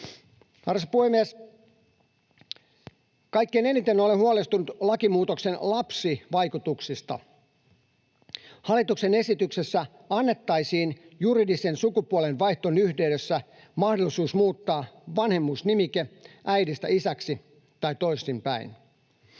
Arvoisa puhemies! Kaikkein eniten olen huolestunut lakimuutoksen lapsivaikutuksista. Hallituksen esityksessä annettaisiin juridisen sukupuolenvaihdon yhteydessä mahdollisuus muuttaa vanhemmuusnimike äidistä isäksi tai toisinpäin.